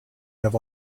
have